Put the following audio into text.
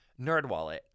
NerdWallet